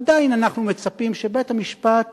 עדיין אנחנו מצפים שבית-המשפט